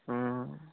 অঁ